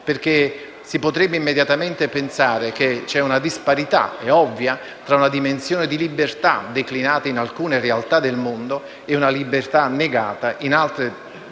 Si potrebbe immediatamente pensare che ci sia una disparità ovvia tra una dimensione di libertà declinata in alcune realtà del mondo e una libertà negata in altre realtà